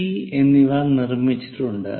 C എന്നിവ നിർമ്മിച്ചിട്ടുണ്ട്